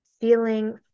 feeling